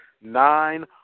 nine